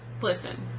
Listen